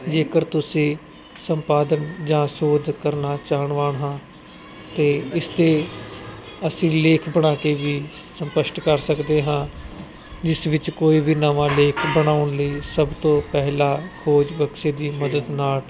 ਜੇਕਰ ਤੁਸੀਂ ਸੰਪਾਦਕ ਜਾਂ ਸੋਤ ਕਰਨਾ ਚਾਹਣਵਾਨ ਹਾਂ ਤੇ ਇਸ ਤੇ ਅਸੀਂ ਲੇਖ ਪੜਾ ਕੇ ਵੀ ਸਪਸ਼ਟ ਕਰ ਸਕਦੇ ਹਾਂ ਜਿਸ ਵਿੱਚ ਕੋਈ ਵੀ ਨਵਾਂ ਲੇਖ ਬਣਾਉਣ ਲਈ ਸਭ ਤੋਂ ਪਹਿਲਾ ਖੋਜ ਬਖਸ਼ੇ ਦੀ ਮਦਦ ਨਾਲ